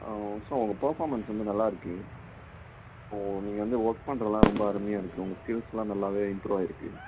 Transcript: விஷ்வா உங்க பெர்ஃபார்மென்ஸ் வந்து நல்லாயிருக்கு இப்போது நீங்கள் வந்து ஓர்க் பண்ணுறதெல்லாம் ரொம்ப அருமையா இருக்குது உங்கள் ஸ்கில்ஸெலாம் நல்லாவே இம்ப்ரூவ் ஆகிருக்கு